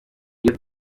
iyo